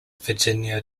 virginia